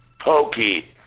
Pokey